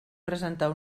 presentar